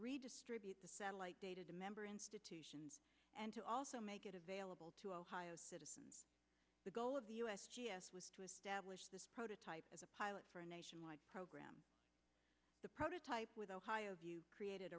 redistribute the satellite data to member institutions and to also make it available to ohio citizens the goal of the u s g s was to establish this prototype as a pilot for a nationwide program the prototype with ohio view created